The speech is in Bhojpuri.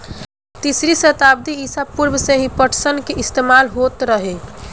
तीसरी सताब्दी ईसा पूर्व से ही पटसन के इस्तेमाल होत रहे